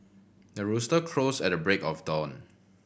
the rooster crows at the break of dawn